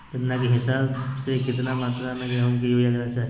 केतना के हिसाब से, कितना मात्रा में गेहूं में यूरिया देना चाही?